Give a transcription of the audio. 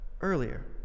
earlier